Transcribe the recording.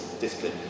discipline